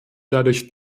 dadurch